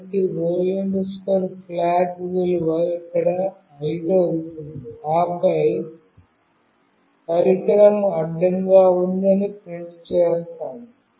కాబట్టి old flag విలువ ఇక్కడ 5 అవుతుంది ఆపై "పరికరం అడ్డంగా ఉంది" అని ప్రింట్ చేస్తాము